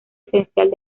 esencial